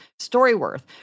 StoryWorth